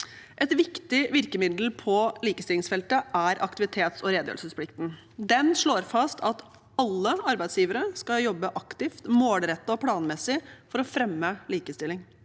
Et viktig virkemiddel på likestillingsfeltet er aktivitets- og redegjørelsesplikten. Den slår fast at alle arbeidsgivere skal jobbe aktivt, målrettet og planmessig for å fremme likestilling.